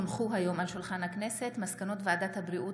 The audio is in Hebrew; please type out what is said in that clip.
עוד הונחו היום על שולחן הכנסת מסקנות ועדת הבריאות